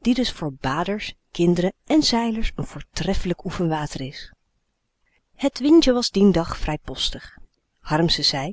die dus voor baders kindren en zeilers n voortreffelijk oefenwater is het windje was dien dag vrijpostig harmsen zei